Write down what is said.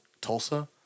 Tulsa